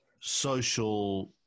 social